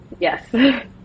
yes